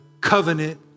covenant